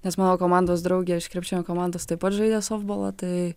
nes mano komandos draugė iš krepšinio komandos taip pat žaidė softbolą tai